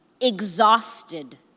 Exhausted